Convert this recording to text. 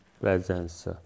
presence